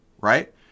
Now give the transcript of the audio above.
right